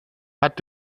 hat